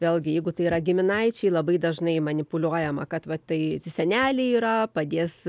vėlgi jeigu tai yra giminaičiai labai dažnai manipuliuojama kad va tai seneliai yra padės